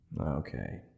okay